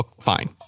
fine